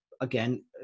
again